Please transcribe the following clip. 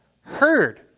heard